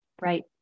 Right